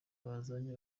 bazanye